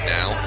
now